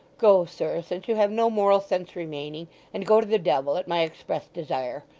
go, sir, since you have no moral sense remaining and go to the devil, at my express desire.